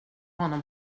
honom